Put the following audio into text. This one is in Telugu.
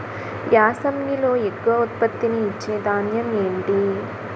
యాసంగిలో ఎక్కువ ఉత్పత్తిని ఇచే ధాన్యం ఏంటి?